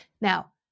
Now